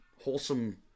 wholesome